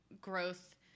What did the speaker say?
growth